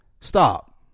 Stop